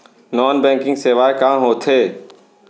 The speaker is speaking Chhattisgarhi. नॉन बैंकिंग सेवाएं का होथे